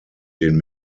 den